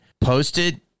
posted